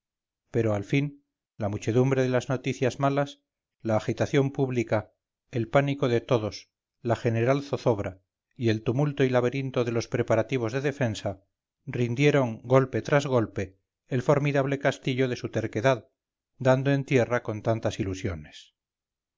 pero al fin la muchedumbre de las noticias malas la agitación pública el pánico de todos la general zozobra y el tumulto y laberinto de los preparativos de defensa rindieron golpe tras golpe el formidable castillo de su terquedad dando en tierra con tantas ilusiones